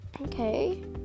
Okay